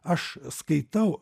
aš skaitau